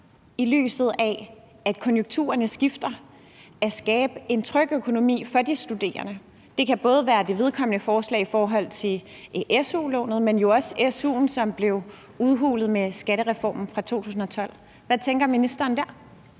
i lyset af at konjunkturerne skifter, at skabe en tryg økonomi for de studerende. Det kan både være det vedkommende forslag i forhold til su-lånet, men jo også su'en, som blev udhulet med skattereformen fra 2012. Hvad tænker ministeren der?